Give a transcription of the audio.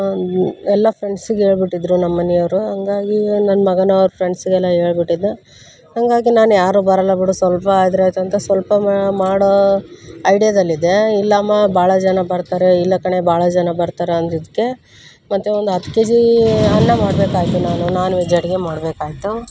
ಎಲ್ಲ ಫ್ರೆಂಡ್ಸಿಗೆ ಹೇಳ್ಬಿಟ್ಟಿದ್ರು ನಮ್ಮ ಮನೆಯವ್ರು ಹಂಗಾಗಿ ನನ್ನ ಮಗನೂ ಅವ್ರ ಫ್ರೆಂಡ್ಸಿಗೆಲ್ಲ ಹೇಳ್ಬಿಟ್ಟಿದ್ದ ಹಾಗಾಗಿ ನಾನು ಯಾರೂ ಬರೋಲ್ಲ ಬಿಡು ಸ್ವಲ್ಪ ಆದರೆ ಆಯಿತು ಅಂತ ಸ್ವಲ್ಪ ಮಾಡೋ ಐಡಿಯಾದಲ್ಲಿದ್ದೆ ಇಲ್ಲಮ್ಮ ಭಾಳ ಜನ ಬರ್ತಾರೆ ಇಲ್ಲ ಕಣೆ ಭಾಳ ಜನ ಬರ್ತಾರೆ ಅಂದಿದ್ದಕ್ಕೆ ಮತ್ತೆ ಒಂದು ಹತ್ತು ಕೆಜಿ ಅನ್ನ ಮಾಡಬೇಕಾಯ್ತು ನಾನು ನಾನ್ ವೆಜ್ ಅಡುಗೆ ಮಾಡಬೇಕಾಯ್ತು